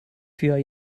für